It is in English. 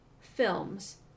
films